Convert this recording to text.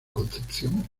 concepción